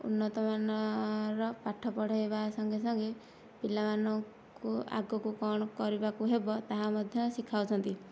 ଉନ୍ନତମାନର ପାଠ ପଢ଼େଇବା ସଙ୍ଗେସଙ୍ଗେ ପିଲାମାନଙ୍କୁ ଆଗକୁ କ'ଣ କରିବାକୁ ହେବ ତାହା ମଧ୍ୟ ଶିଖାଉଛନ୍ତି